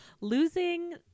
Losing